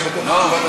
הייתי בטוח זה